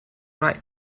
ripe